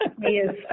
Yes